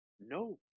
no